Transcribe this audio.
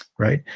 right?